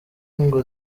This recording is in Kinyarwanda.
ngo